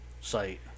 site